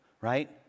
right